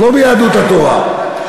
את לא מיהדות התורה.